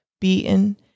beaten